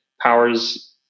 powers